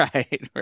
Right